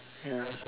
ya